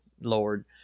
Lord